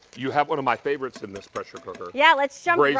you have one of my favorites in this pressure cooker. yeah let's jump in.